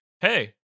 hey